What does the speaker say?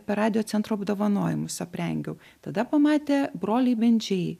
per radiocentro apdovanojimus aprengiau tada pamatė broliai bendžiai